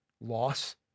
loss